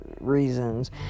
reasons